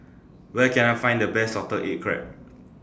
Where Can I Find The Best Salted Egg Crab